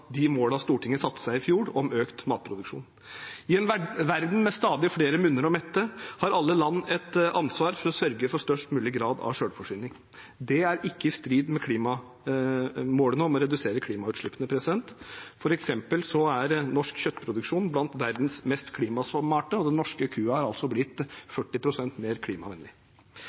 de målene Stortinget satte seg i fjor om økt matproduksjon. I en verden med stadig flere munner å mette har alle land et ansvar for å sørge for størst mulig grad av selvforsyning. Det er ikke i strid med målene om å redusere klimautslippene, f.eks. er norsk kjøttproduksjon blant verdens mest klimasmarte, og den norske kua er blitt 40 pst. mer klimavennlig.